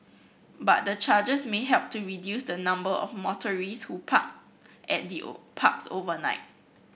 but the charges may help to reduce the number of motorists who park at the parks overnight